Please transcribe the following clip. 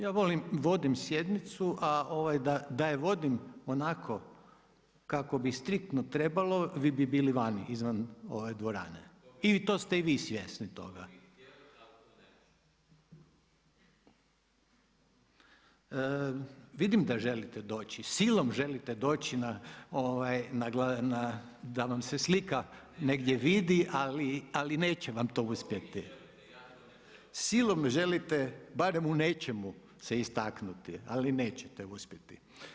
Ja vodim sjednicu, a da je vodim onako kako bi striktno trebalo vi bi bili vani, izvan ove dvorane i to ste i vi svjesni toga. … [[Upadica se ne čuje.]] Vidim da želite doći, silom želite doći da vam se slika negdje vidi ali neće vam to uspjeti. … [[Upadica se ne čuje.]] Silom želite barem u nečemu se istaknuti ali nećete uspjeti.